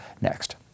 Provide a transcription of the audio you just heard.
next